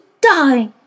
die